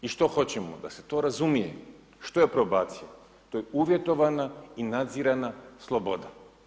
I što hoćemo da se to razumije, što je probacija to je uvjetovana i nadzirana sloboda.